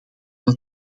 van